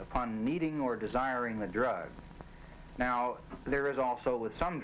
upon meeting or desiring the drugs now there is also with some